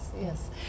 Yes